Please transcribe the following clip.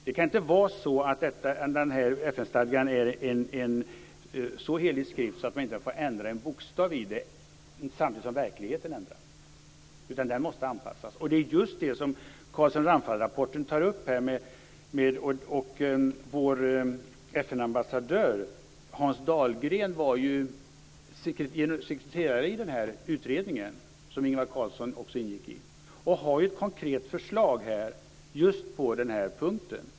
Det kan inte vara så att FN-stadgan är en så helig skrift att man inte får ändra en bokstav i den, samtidigt som verkligheten ändras, utan stadgan måste anpassas. Det är just det som tas upp i Carlsson-Ramphal-rapporten. Och vår FN-ambassadör Hans Dahlgren var ju sekreterare i denna utredning, som Ingvar Carlsson också ingick i, och har ju ett konkret förslag just på denna punkt.